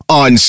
on